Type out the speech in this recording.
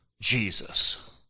Jesus